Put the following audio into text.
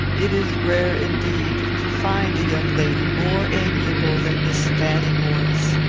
it is rare, indeed, to find a young lady more amiable than miss fanny maurice,